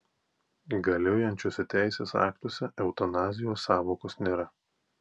galiojančiuose teisės aktuose eutanazijos sąvokos nėra